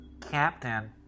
Captain